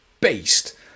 beast